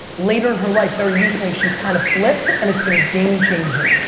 later in her life, very recently, she's kind of flipped and it's been game changing.